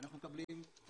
אנחנו מקבלים מחרדים,